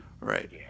right